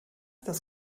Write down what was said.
das